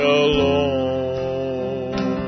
alone